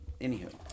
anywho